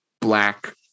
black